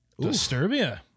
Disturbia